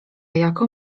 jako